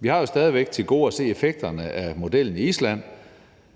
Vi har jo stadig væk til gode at se effekterne af modellen i Island,